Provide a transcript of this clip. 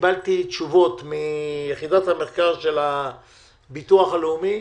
וקיבלתי תשובות מיחידת המחקר של הביטוח הלאומי.